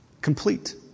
Complete